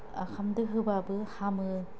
ओंखामजों होबाबो हामो